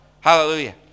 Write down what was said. Hallelujah